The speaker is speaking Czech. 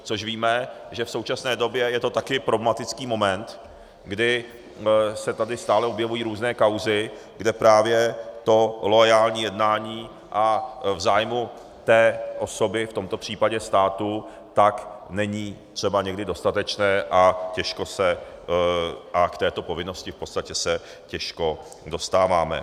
Což víme, že v současné době je to také problematický moment, kdy se tady stále objevují různé kauzy, kde právě to loajální jednání a v zájmu té osoby, v tomto případě státu, není třeba někdy dostatečné a k této povinnosti v podstatě se těžko dostáváme.